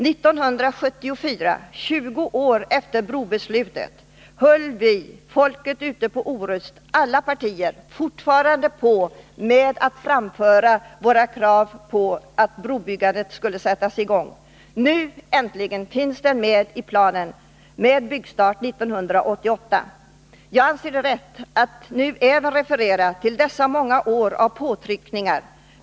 1974, exempelvis, alltså 20 år efter brobeslutet, höll vi — alla ute på Orust, oberoende av partifärg — fortfarande på med att framföra våra krav på att brobyggandet skulle sättas i gång. Nu äntligen finns bron med i planen. Det blir byggstart 1988. Jag anser det i dag vara rätt att även referera till påtryckningarna under dessa många år.